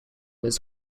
his